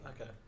okay